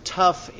tough